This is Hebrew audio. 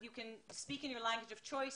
אתם יכולים לדבר בכל שפה שאתם רוצים,